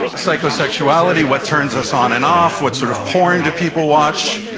psycho sexuality, what turns us on and off, what sort of porn do people watch,